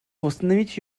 восстановить